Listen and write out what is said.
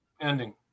Ending